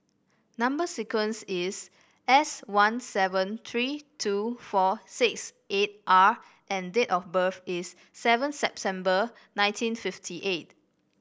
number sequence is S one seven three two four six eight R and date of birth is seven September nineteen fifty eight